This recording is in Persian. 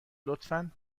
لطفا